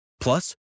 Plus